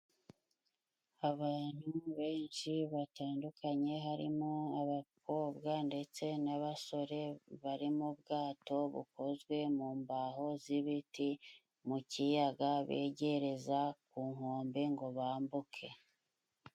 Abantu benshi batandukanye harimo abakobwa ndetse n'abasore, bari mu bwato bukozwe mu mbaho z'ibiti mu kiyaga, begereza ku nkombe ngo bambuke.